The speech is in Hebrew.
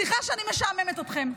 סליחה שאני משעממת אתכם.